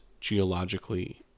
geologically